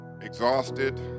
exhausted